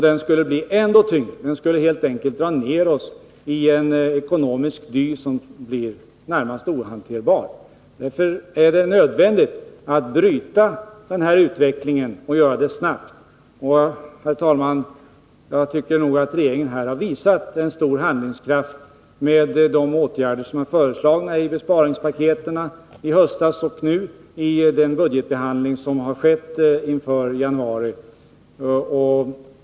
Den skulle bli ännu tyngre, skulle helt enkelt dra ner oss i en ekonomisk dy och bli närmast ohanterbar. Därför är det nödvändigt att bryta den här utvecklingen och göra det snabbt. Jag tycker, herr talman, att regeringen har visat stor handlingskraft med de åtgärder som föreslagits i besparingspaketen i höstas och nu genomförts i den budgetbehandling som skett inför januari.